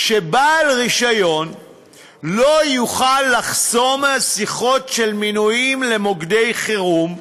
שבעל רישיון לא יוכל לחסום שיחות של מנויים למוקדי חירום,